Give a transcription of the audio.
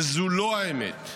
וזו לא האמת.